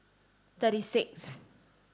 thirty sixth